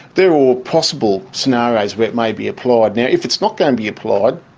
they are all possible scenarios where it may be applied. now, if it's not going to be applied,